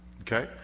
Okay